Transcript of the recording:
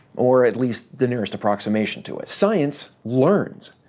or at least the nearest approximation to it. science learns.